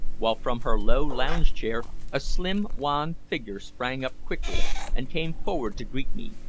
while from her low lounge-chair a slim wan figure sprang up quickly and came forward to greet me,